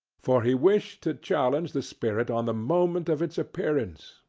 for he wished to challenge the spirit on the moment of its appearance,